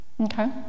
Okay